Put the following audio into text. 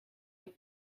het